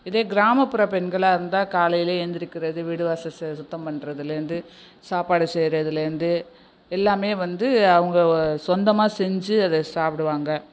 இதே கிராமப்புற பெண்களாக இருந்தா காலையில ஏந்திருக்கிறது வீடு வாசல் சுத்தம் பண்ணுறதுலேருந்து சாப்பாடு செய்றதுலருந்து எல்லாமே வந்து அவங்க சொந்தமாக செஞ்சு அதை சாப்பிடுவாங்க